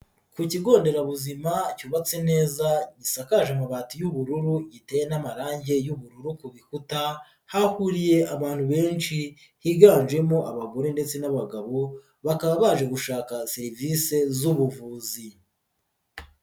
Ku kigo nderabuzima cyubatswe neza gisakaje amabati y'ubururu, giteyewe n'amarangi y'ubururu ku bikuta, hahuriye abantu benshi higanjemo abagore ndetse n'abagabo bakaba baje gushaka serivisi zubuvuzi.